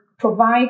provide